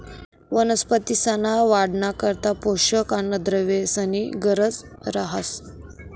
वनस्पतींसना वाढना करता पोषक अन्नद्रव्येसनी गरज रहास